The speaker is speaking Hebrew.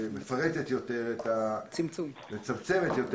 מפרטת יותר, מצמצמת יותר